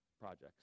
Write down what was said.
projects